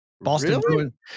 Boston